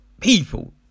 people